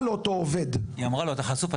לאותו עובד- -- היא אמרה לו אתה חשוף,